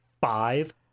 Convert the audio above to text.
five